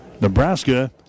Nebraska